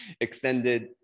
extended